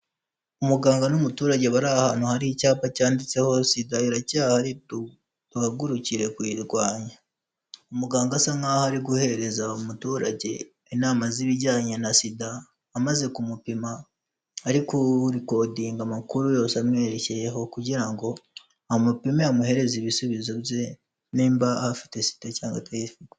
Umuganga n'umuturage bari ahantu hari icyapa cyanditseho sida iracyahari duhagurukire kuyirwanya, umuganga asa nk'aho ari guhereza umuturage inama z'ibijyanye na sida amaze kumupima ari kurikodinga amakuru yose amwerekeyeho kugira ngo amupime amuhereze ibisubizo bye nimba afite sida cyangwa atayifite.